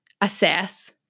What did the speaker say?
assess